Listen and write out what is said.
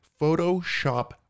Photoshop